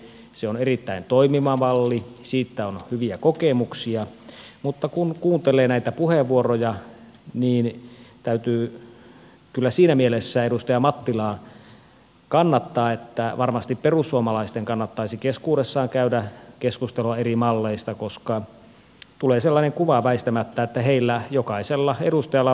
se on erittäin toimiva malli siitä on hyviä kokemuksia mutta kun kuuntelee näitä puheenvuoroja niin täytyy kyllä siinä mielessä edustaja mattilaa kannattaa että varmasti perussuomalaisten kannattaisi keskuudessaan käydä keskustelua eri malleista koska tulee sellainen kuva väistämättä että heillä on jokaisella edustajalla oma mallinsa